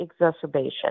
exacerbation